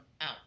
out